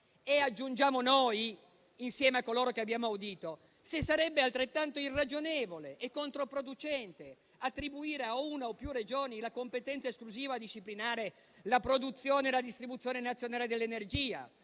- aggiungiamo noi, insieme a coloro che abbiamo audito - sarebbe altrettanto irragionevole e controproducente attribuire a una o più Regioni la competenza esclusiva a disciplinare la produzione e la distribuzione nazionale dell'energia